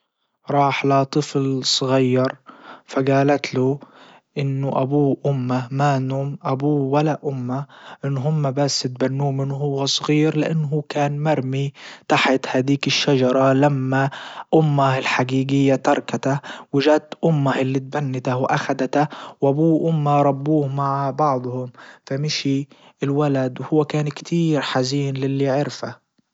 راح لطفل صغير فجالت له انه ابوه وامه ما نم ابوه ولا امه ان هم بس يتبنوه من وهو صغير لانه هو كان مرمي تحت هديك الشجرة لما امه الحجيجية تركته وجت امه اللي تبنته واخدته وابوه وامه ربوه مع بعضهم فمشي الولد وهو كان كتير حزين للي عرفه.